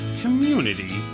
Community